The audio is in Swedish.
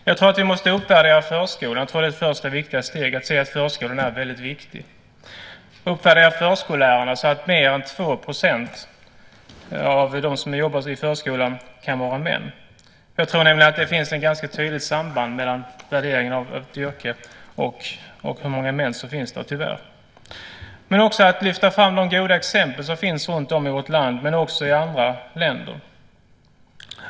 Jag tror att vi måste uppvärdera förskolan. Jag tror att det är det första och viktiga steget, att se att förskolan är väldigt viktig. Vi måste uppvärdera förskollärarna så att mer än 2 % av dem som jobbar i förskolan kan vara män. Jag tror nämligen att det tyvärr finns ett ganska tydligt samband mellan värderingen av ett yrke och hur många män som finns där. Det handlar också om att lyfta fram de goda exempel som finns runtom i vårt land och i andra länder.